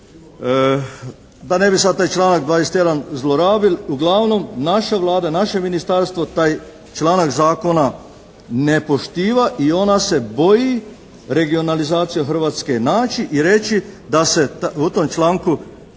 da ne bi sad taj članak 21. zlorabil, uglavnom naša Vlada, naše ministarstvo taj članak zakona ne poštiva i ona se boji regionalizaciju Hrvatske naći i reći da se u tom članku